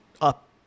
up